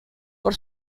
por